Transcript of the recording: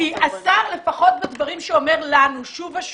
כי השר, לפחות בדברים שאומר לנו שוב ושוב,